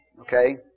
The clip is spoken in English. Okay